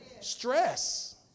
Stress